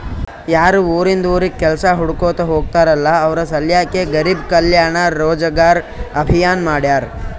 ಯಾರು ಉರಿಂದ್ ಉರಿಗ್ ಕೆಲ್ಸಾ ಹುಡ್ಕೋತಾ ಹೋಗ್ತಾರಲ್ಲ ಅವ್ರ ಸಲ್ಯಾಕೆ ಗರಿಬ್ ಕಲ್ಯಾಣ ರೋಜಗಾರ್ ಅಭಿಯಾನ್ ಮಾಡ್ಯಾರ್